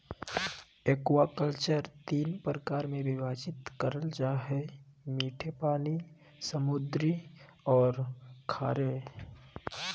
aquaculture तीन प्रकार में विभाजित करल जा हइ मीठे पानी, समुद्री औरो खारे